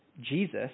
Jesus